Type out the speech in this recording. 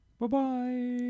Bye-bye